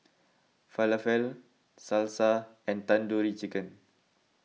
Falafel Salsa and Tandoori Chicken